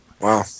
Wow